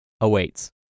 awaits